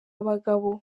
abagabo